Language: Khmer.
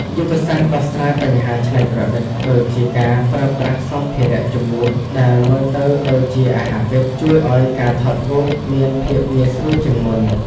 យុទ្ធសាស្ត្រដោះស្រាយបញ្ហាច្នៃប្រឌិត ដូចជាការប្រើប្រាស់សម្ភារៈជំនួសដែលមើលទៅដូចអាហារពិត ជួយឱ្យការថតរូបមានភាពងាយស្រួលជាងមុន។